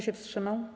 się wstrzymał?